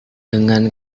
dengan